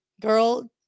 girl